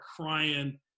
crying